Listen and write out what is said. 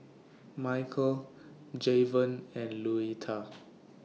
Mychal Jayvon and Louetta